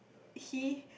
he